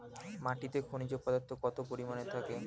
মাটিতে খনিজ পদার্থ কত পরিমাণে থাকে?